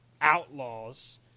Outlaws